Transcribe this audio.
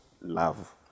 love